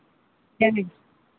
ᱦᱮᱸ